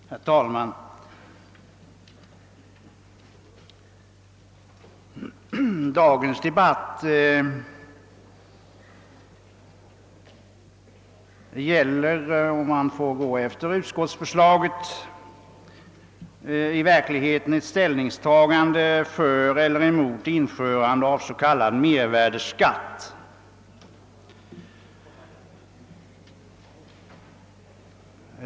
Herr talman! Dagens debatt gäller i själva verket ett ställningstagande för eller emot s.k. mervärdeskatt.